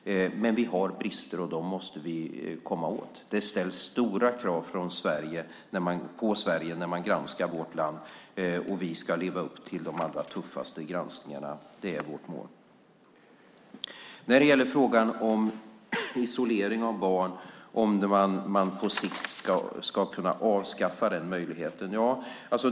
Men vi har brister, och dem måste vi komma åt. Det ställs stora krav på Sverige när man granskar vårt land. Vi ska leva upp till de allra tuffaste granskningarna. Det är vårt mål. Jag fick en fråga om isolering av barn och om man på sikt ska kunna avskaffa den möjligheten.